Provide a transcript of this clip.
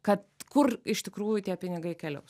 kad kur iš tikrųjų tie pinigai keliaus